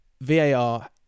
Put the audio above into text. VAR